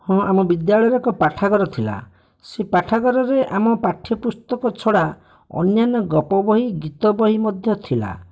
ହଁ ଆମ ବିଦ୍ୟାଳୟରେ ଏକ ପାଠାଗାର ଥିଲା ସେ ପାଠାଗାରରେ ଆମ ପଠ୍ୟପୁସ୍ତକ ଛଡ଼ା ଅନ୍ୟାନ୍ୟ ଗପ ବହି ଓ ଗୀତ ବହି ମଧ୍ୟ ଥିଲା